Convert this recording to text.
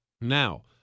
Now